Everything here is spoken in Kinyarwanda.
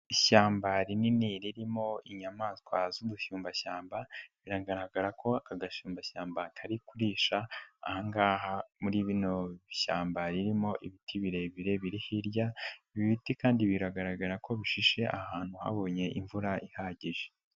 Ishyamba rinini ririmo inyamaswa z'udushyumbashyamba, biragaragara ko gashumbashyamba kari kurisha, aha ngaha muri bino bishyamba ririmo ibiti birebire biri hirya, ibiti kandi biragaragara ko bishishe ahantu habonye imvura ihagije.